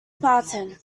spartan